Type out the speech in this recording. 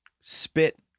spit